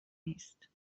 نیست